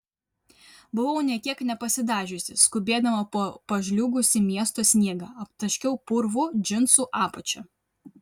buvau nė kiek nepasidažiusi skubėdama po pažliugusį miesto sniegą aptaškiau purvu džinsų apačią